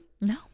No